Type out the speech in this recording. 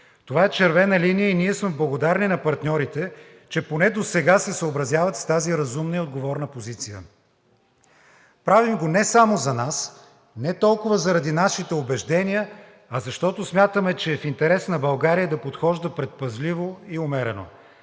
Това е червена линия и ние сме благодарни на партньорите, че поне досега се съобразяват с тази разумна и отговорна позиция. Правим го не само за нас, не толкова заради нашите убеждения, а защото смятаме, че е в интерес на България да подхожда предпазливо и умерено.